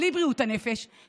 בלי בריאות הנפש,